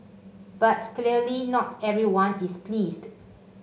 but clearly not everyone is pleased